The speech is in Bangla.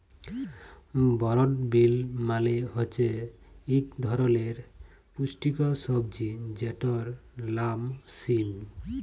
বরড বিল মালে হছে ইক ধরলের পুস্টিকর সবজি যেটর লাম সিম